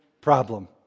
problem